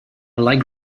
like